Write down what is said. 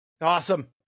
Awesome